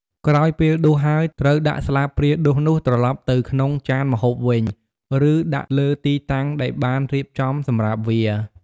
ក្រោយពេលដួសហើយ ត្រូវដាក់ស្លាបព្រាដួសនោះត្រឡប់ទៅក្នុងចានម្ហូបវិញ ឬដាក់លើទីតាំងដែលបានរៀបចំសម្រាប់វា។